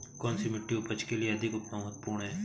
कौन सी मिट्टी उपज के लिए अधिक महत्वपूर्ण है?